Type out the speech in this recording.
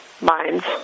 minds